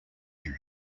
areas